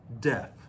death